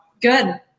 good